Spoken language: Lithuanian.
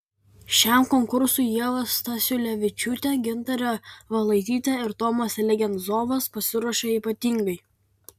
šiam konkursui ieva stasiulevičiūtė gintarė valaitytė ir tomas legenzovas pasiruošė ypatingai